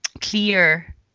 clear